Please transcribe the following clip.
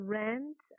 rent